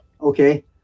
Okay